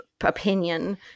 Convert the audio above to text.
opinion